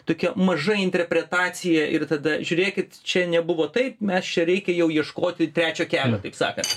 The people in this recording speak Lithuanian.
tokia maža interpretacija ir tada žiūrėkit čia nebuvo taip mes čia reikia jau ieškoti trečio kelio taip sakant